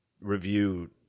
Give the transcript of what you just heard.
review